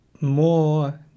more